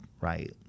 right